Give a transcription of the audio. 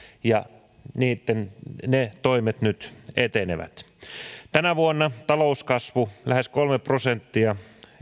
ja ne toimet nyt etenevät tämä vuonna talouskasvu on lähes kolme prosenttia